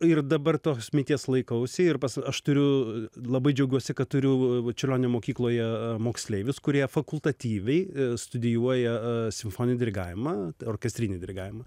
ir dabar tos minties laikausi ir aš turiu labai džiaugiuosi kad turiu va čiurlionio mokykloje moksleivius kurie fakultatyviai studijuoja simfoninį dirigavimą orkestrinį dirigavimą